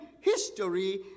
history